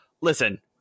Listen